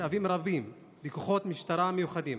משאבים רבים וכוחות משטרה מיוחדים